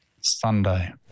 Sunday